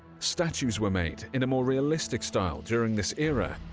statues were made in a more realistic style during this era,